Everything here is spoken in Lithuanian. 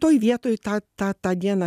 toj vietoj tą tą tą dieną